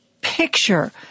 picture